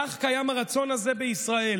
כך קיים הרצון הזה בישראל.